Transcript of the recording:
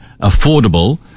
affordable